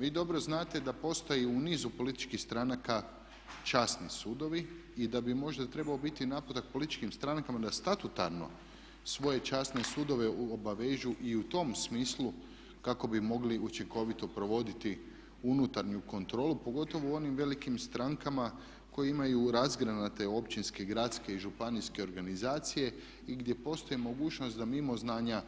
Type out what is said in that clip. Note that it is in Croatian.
Vi dobro znate da postoji u nizu političkih stranaka časni sudovi i da bi možda trebao biti naputak političkim strankama da statutarno svoje časne sudove obavežu i u tom smislu kako bi mogli učinkovito provoditi unutarnju kontrolu pogotovo u onim velikim strankama koji imaju razgranate općinske, gradske i županijske organizacije i gdje postoji mogućnost da mimo znanja